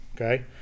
Okay